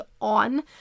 on